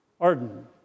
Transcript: Arden